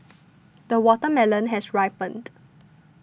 the watermelon has ripened